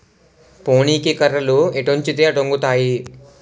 పోనీకి కర్రలు ఎటొంచితే అటొంగుతాయి